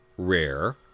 rare